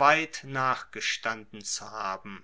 weit nachgestanden zu haben